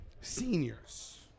seniors